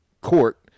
Court